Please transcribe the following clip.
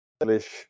English